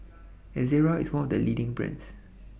Ezerra IS one of The leading brands